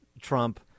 Trump